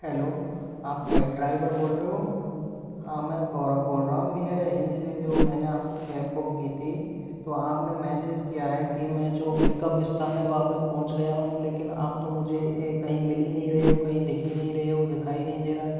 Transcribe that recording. hello आप cab driver बोल रहे हो हाँ मैं गौरव बोल रहा हूँ भय्या यहीं से जो मैंने आप की कैब बुक की थी तो आप ने मैसेज किया है कि मैं जो पिकअप इस्थान है वहाँ पर पहुँच गया हूँ लेकिन आप तो मुझे ये कहीं मिल ही नहीं रहे हो कहीं दिख ही नहीं रहे हो दिखाई नहीं दे रहा है